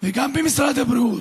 וגם במשרד הבריאות.